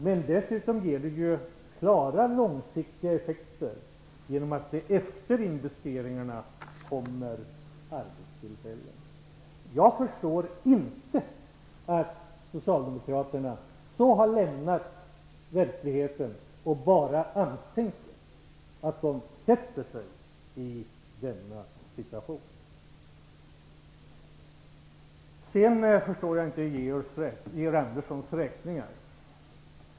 Men dessutom ger det klara långsiktiga effekter genom att det efter investeringarna kommer arbetstillfällen. Jag förstår inte varför socialdemokraterna så har lämnat verkligheten och bara ansträngt sig att försätta sig i denna situation. Sedan förstår jag inte Georg Anderssons uträkningar.